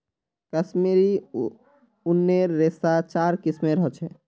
कश्मीरी ऊनेर रेशा चार किस्मेर ह छे